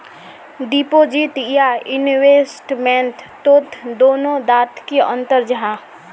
Deposit या investment तोत दोनों डात की अंतर जाहा?